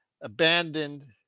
abandoned